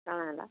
କାଣା ହେଲା